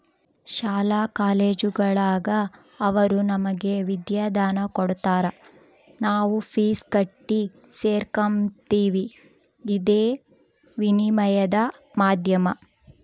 ಶಾಲಾ ಕಾಲೇಜುಗುಳಾಗ ಅವರು ನಮಗೆ ವಿದ್ಯಾದಾನ ಕೊಡತಾರ ನಾವು ಫೀಸ್ ಕಟ್ಟಿ ಸೇರಕಂಬ್ತೀವಿ ಇದೇ ವಿನಿಮಯದ ಮಾಧ್ಯಮ